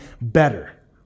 better